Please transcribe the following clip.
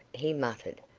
he muttered,